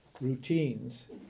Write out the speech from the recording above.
routines